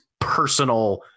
personal